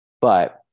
But-